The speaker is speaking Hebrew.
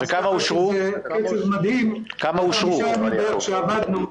זה קצב מדהים אחרי חמישה ימים שעבדנו.